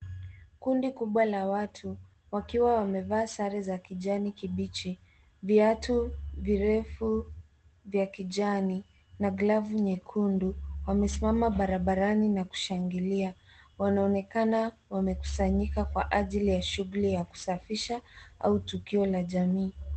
Kundi kubwa la watu wakiwa wamevaa sare za kijani kibichi, viatu virefu vya kijani na glavu nyekundu. Wamesimama barabarani na kushangilia. Wanaonekana wamekusanyika kwa ajili ya kusafisha au tukio la jamii.